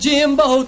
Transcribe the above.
Jimbo